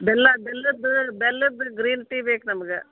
ಬೆಲ್ಲ ಬೆಲ್ಲದ್ದು ಬೆಲ್ಲದ್ದು ಗ್ರೀನ್ ಟೀ ಬೇಕು ನಮ್ಗೆ